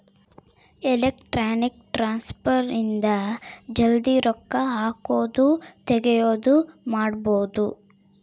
electronic transfer ಇಂದ ಜಲ್ದೀ ರೊಕ್ಕ ಹಾಕೋದು ತೆಗಿಯೋದು ಮಾಡ್ಬೋದು